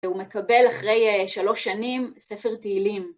הוא מקבל אחרי שלוש שנים ספר תהילים.